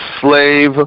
slave